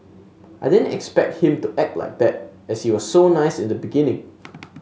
I didn't expect him to act like that as he was so nice in the beginning